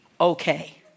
okay